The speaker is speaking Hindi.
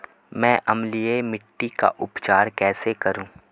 मैं अम्लीय मिट्टी का उपचार कैसे करूं?